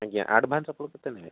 ଆଜ୍ଞା ଆଡ଼ଭାନ୍ସ ଆପଣ କେତେ ନେବେ